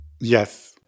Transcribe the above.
Yes